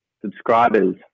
subscribers